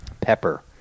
Pepper